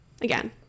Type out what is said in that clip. again